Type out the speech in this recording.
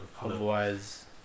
otherwise